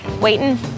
waiting